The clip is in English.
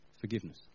forgiveness